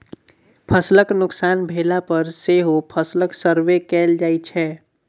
फसलक नोकसान भेला पर सेहो फसलक सर्वे कएल जाइ छै